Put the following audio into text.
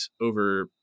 over